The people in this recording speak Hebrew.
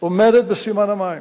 עומדת בסימן המים,